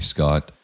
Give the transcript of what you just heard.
Scott